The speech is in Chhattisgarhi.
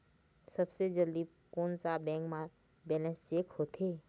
सबसे जल्दी कोन सा बैंक म बैलेंस चेक होथे?